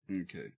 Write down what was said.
Okay